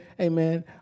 Amen